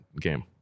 game